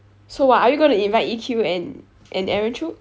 so what are you going to invite E_Q and and aaron too